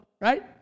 right